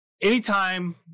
anytime